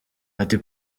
ati